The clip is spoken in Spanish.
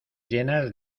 llenas